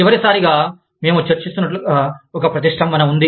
చివరిసారిగా మేము చర్చిస్తున్నట్లుగా ఒక ప్రతిష్టంభన ఉంది